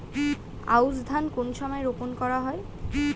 আউশ ধান কোন সময়ে রোপন করা হয়?